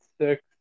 six